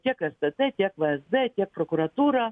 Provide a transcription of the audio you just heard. tiek stt tiek vzd tiek prokuratūrą